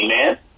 Amen